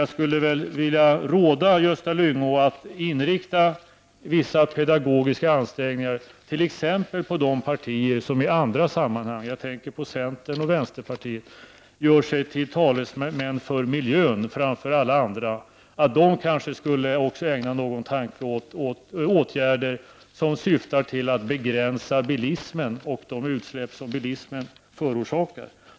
Jag skulle vilja råda Gösta Lyngå att inrikta vissa pedagogiska ansträngningar på t.ex. de partier som i andra sammanhang, jag tänker på centern och vänsterpartiet, gör sig till talesmän för miljön framför alla andra. De kanske också skulle ägna någon tanke åt åtgärder som syftar till att begränsa bilismen och de utsläpp som bilismen förorsakar.